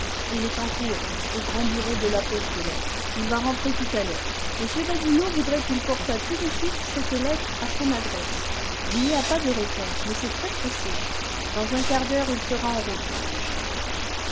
il est en course au grand bureau de la poste aux lettres il va rentrer tout à l'heure m badinot voudrait qu'il portât tout de suite cette lettre à son adresse il n'y a pas de réponse mais c'est très-pressé dans un quart d'heure il sera en route madame charles